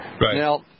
Now